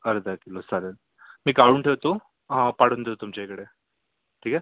अर्धा किलो चालेल मी काढून ठेवतो पाडून देतो तुमच्या इकडे ठीक आहे